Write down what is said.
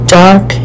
dark